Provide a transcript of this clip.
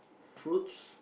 fruits